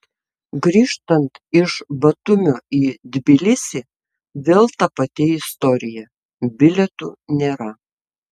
grįžtant iš batumio į tbilisį vėl ta pati istorija bilietų nėra